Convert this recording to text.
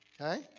Okay